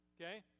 Okay